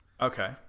Okay